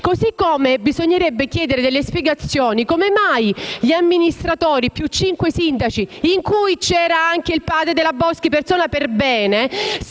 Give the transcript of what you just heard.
E bisognerebbe chiedere delle spiegazioni su come mai gli amministratori, più cinque sindaci, tra i quali c'era anche il padre della Boschi (persona per bene),